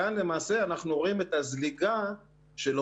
אנחנו נעזרים בנתונים האלה ומשווים אותם